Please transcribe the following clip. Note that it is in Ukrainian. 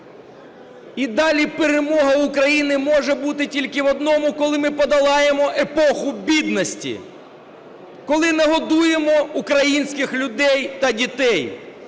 І далі перемога України може бути тільки в одному: коли ми подолаємо епоху бідності; коли нагодуємо українських людей та дітей;